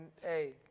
Hey